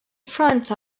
front